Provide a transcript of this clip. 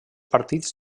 partits